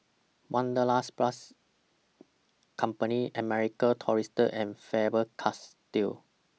Wanderlust Plus Company American Tourister and Faber Castell